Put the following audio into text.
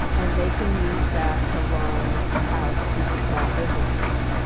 and they can use that to loan out to the small businesses.